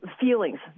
feelings